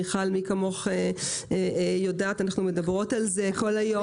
מיכל, מי כמוך יודעת, אנחנו מדברות על זה כל היום